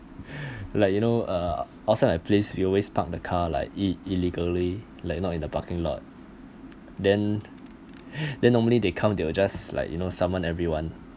like you know uh outside my place you always park the car like i~ illegally like not in the parking lot then then normally they come they will just like you know saman everyone